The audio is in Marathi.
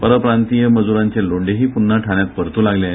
परप्रांतीय मजरांचे लोंढेही पून्हा ठाण्यात परतु लागले आहेत